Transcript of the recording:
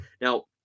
Now